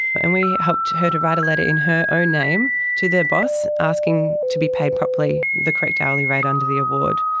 and we helped her to write a letter in her own name to the boss, asking to be paid properly the correct hourly rate under the award.